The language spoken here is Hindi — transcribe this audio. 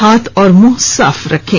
हाथ और मुंह साफ रखें